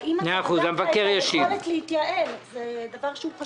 האם אתה --- היכולת להתייעל, זה דבר שהוא פשוט.